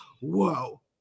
whoa